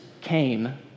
came